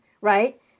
right